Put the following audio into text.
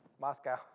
Moscow